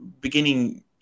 beginning